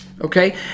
Okay